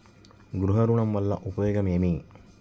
గృహ ఋణం వల్ల ఉపయోగం ఏమి?